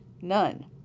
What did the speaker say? none